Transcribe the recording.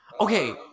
okay